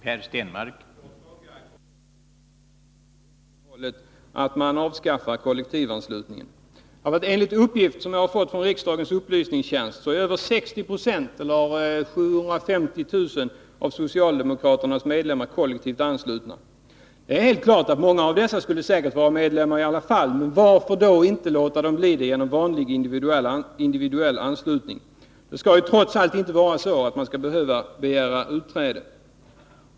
Herr talman! Kommer förslaget också att innebära att man skall avskaffa kollektivanslutningen? Enligt informationer som jag har fått från riksdagens upplysningstjänst är över 60 96 eller 750 000 av socialdemokraternas medlemmar kollektivanslutna. Det är helt klart att många av dessa säkert skulle vara medlemmar i alla fall, men varför då inte låta dem bli det genom vanlig individuell anslutning? Det skall ju trots allt inte vara så, att man skall behöva begära utträde.